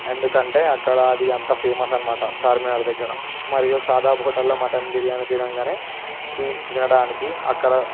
ఎందుకంటే అక్కడ అది అంత ఫేమస్ అనమాట చార్మినార్ దగ్గర మరియు షాదాబ్ హోటల్లో మటన్ బిర్యానీ తినంగానే స్వీట్స్ తినడానికి అక్కడ